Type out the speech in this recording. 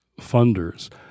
funders